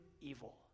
evil